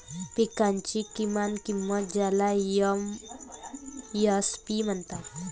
पिकांची किमान किंमत ज्याला एम.एस.पी म्हणतात